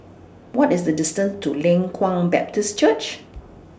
What IS The distance to Leng Kwang Baptist Church